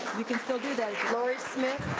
you can still do that. laurie smith.